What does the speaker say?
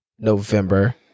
november